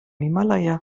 himalaya